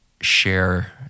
share